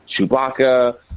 Chewbacca